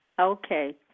okay